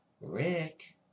Rick